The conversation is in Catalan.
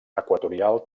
equatorial